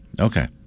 okay